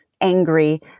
angry